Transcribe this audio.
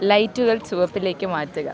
ലൈറ്റുകള് ചുവപ്പിലേക്ക് മാറ്റുക